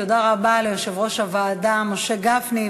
תודה רבה ליושב-ראש הוועדה משה גפני.